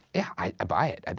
yeah, i buy it,